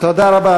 תודה רבה,